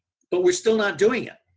but we're still not doing it.